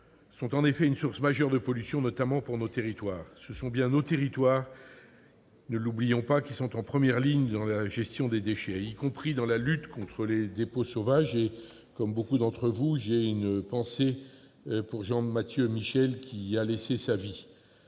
sont en effet une source majeure de pollution, notamment pour nos territoires. Oui, ce sont bien nos territoires qui sont en première ligne dans la gestion des déchets, y compris dans la lutte contre les dépôts sauvages. Comme beaucoup d'entre vous, j'ai une pensée pour Jean-Mathieu Michel, qui y a laissé sa vie.